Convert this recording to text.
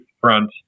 front